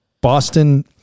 Boston